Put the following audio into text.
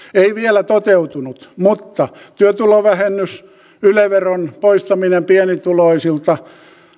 ei vielä toteutunut mutta työtulovähennys yle veron poistaminen pienituloisilta